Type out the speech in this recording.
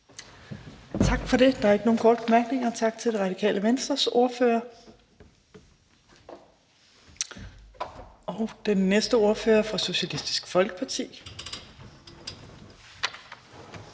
Tak for det. Der er ikke flere korte bemærkninger, så tak til Radikale Venstres ordfører. Den næste ordfører er fra Socialistisk Folkeparti,